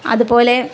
അതുപോലെ